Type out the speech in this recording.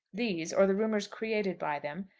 these, or the rumours created by them,